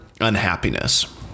unhappiness